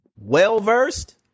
well-versed